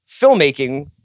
filmmaking